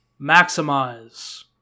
maximize